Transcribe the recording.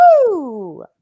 Woo